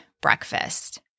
breakfast